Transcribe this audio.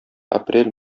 апрель